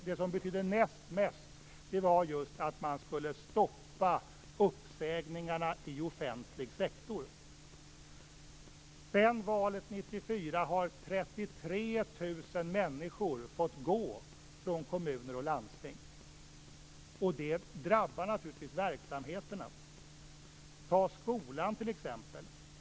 Det som betydde näst mest var just att man skulle stoppa uppsägningarna i offentlig sektor. Sedan valet 1994 har 33 000 människor fått gå från kommuner och landsting. Det drabbar naturligtvis verksamheterna. Se t.ex. på skolan!